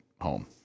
home